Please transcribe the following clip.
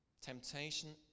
temptation